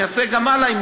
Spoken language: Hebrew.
יעשה גם הלאה,